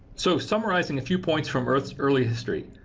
so, summarizing a few points from earth's early history.